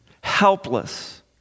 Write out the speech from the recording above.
helpless